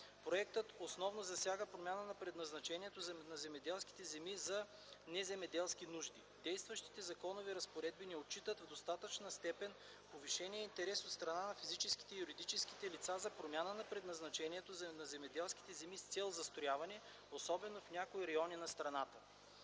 Проектът основно засяга промяна на предназначението на земеделските земи за неземеделски нужди. Действащите законови разпоредби не отчитат в достатъчна степен повишения интерес от страна на физическите и юридическите лица за промяна на предназначението на земеделските земи с цел застрояване, особено в някои райони на страната;